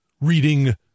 reading